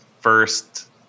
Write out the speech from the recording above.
first